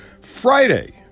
Friday